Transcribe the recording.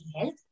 health